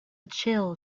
chill